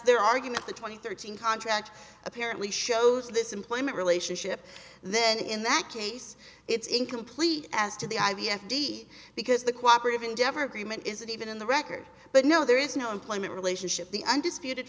their argument the twenty thirteen contract apparently shows this employment relationship then in that case it's incomplete as to the i v f d because the cooperate endeavor agreement isn't even in the record but no there is no employment relationship the undisputed